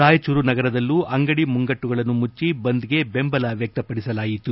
ರಾಯಚೂರು ನಗರದಲ್ಲೂ ಅಂಗಡಿ ಮುಂಗಟ್ಟುಗಳನ್ನು ಮುಟ್ಟಿ ಬಂದ್ಗೆ ಬೆಂಬಲ ವ್ಯಕ್ತಪಡಿಸಲಾಯಿತು